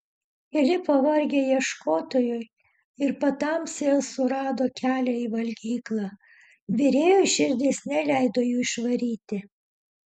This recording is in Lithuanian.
keli pavargę ieškotojai ir patamsyje surado kelią į valgyklą virėjui širdis neleido jų išvaryti